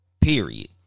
period